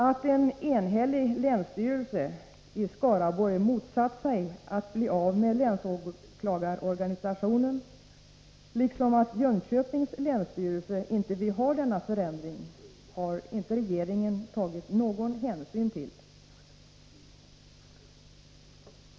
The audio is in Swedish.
Att en enhällig länsstyrelse i Skaraborg motsatte sig att bli av med länsåklagarorganisationen liksom att Jönköpings länsstyrelse inte vill ha denna förändring har inte regeringen tagit någon hänsyn till.